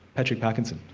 patrick parkinson.